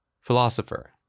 philosopher